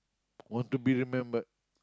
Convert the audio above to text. want to be remembered